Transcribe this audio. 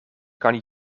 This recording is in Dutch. kan